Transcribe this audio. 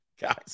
Guys